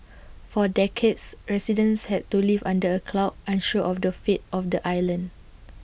for decades residents had to live under A cloud unsure of the fate of the island